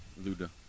Luda